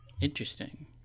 Interesting